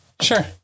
Sure